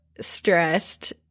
stressed